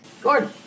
Gordon